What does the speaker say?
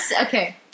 Okay